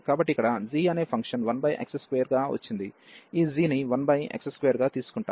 కాబట్టి ఇక్కడ g అనే ఫంక్షన్ 1x2గా వచ్చింది ఈ g ని 1x2 గా తీసుకుంటాము